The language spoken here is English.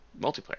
Multiplayer